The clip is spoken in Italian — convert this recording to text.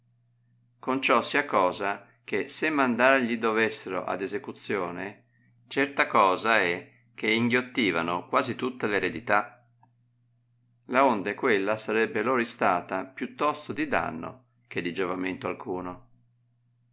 eccessivi conciò sia cosa che se mandar gli dovessero ad esecuzione certa cosa è che inghiottivano quasi tutta l'eredità laonde quella sarebbe loro istata più tosto di danno che di giovamento alcuno